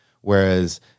Whereas